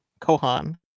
Kohan